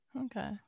Okay